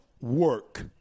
work